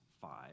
five